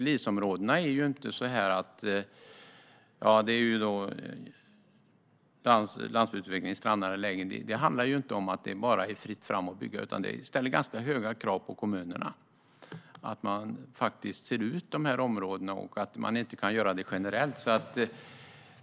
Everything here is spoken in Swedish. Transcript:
LIS-områdena - landsbygdsutveckling i strandnära lägen - handlar inte om att det är fritt fram att bygga, utan det ställs ganska höga krav på kommunerna att de utser dessa områden och att detta inte kan göras generellt.